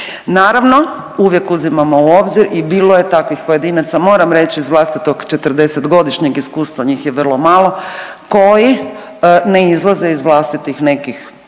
Naravno, uvijek uzimamo u obzir i bilo je takvih pojedinaca moram reći iz vlastitog 40-godišnjeg iskustva, njih je vrlo malo, koji ne izlaze iz vlastitih nekih tako